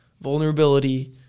vulnerability